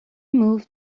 moved